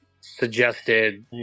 suggested